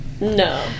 No